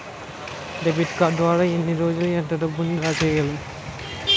Debit card ద్వారా నేను రోజు లో ఎంత డబ్బును డ్రా చేయగలను?